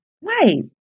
wait